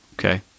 Okay